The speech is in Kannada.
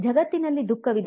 ಜಗತ್ತಿನಲ್ಲಿ ದುಃಖವಿದೆ